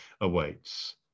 awaits